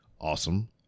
awesome